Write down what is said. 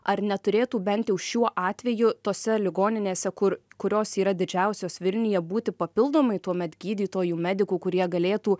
ar neturėtų bent jau šiuo atveju tose ligoninėse kur kurios yra didžiausios vilniuje būti papildomai tuomet gydytojų medikų kurie galėtų